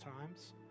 times